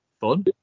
fun